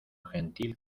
gentil